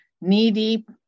knee-deep